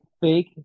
fake